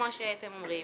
כמו שאתם אומרים,